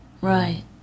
Right